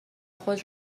خود